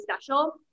special